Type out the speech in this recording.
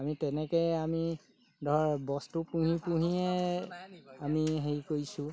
আমি তেনেকৈ আমি ধৰ বস্তু পুহি পুহিয়ে আমি হেৰি কৰিছোঁ